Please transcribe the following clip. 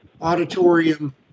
auditorium